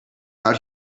out